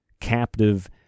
captive